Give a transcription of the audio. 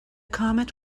comet